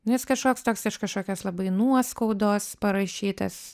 nu jis kažkoks toks iš kažkokios labai nuoskaudos parašytas